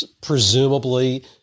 presumably